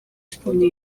wspólnie